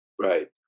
Right